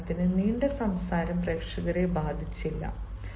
ഉദാഹരണത്തിന് നീണ്ട സംസാരം പ്രേക്ഷകരെ ബാധിച്ചില്ല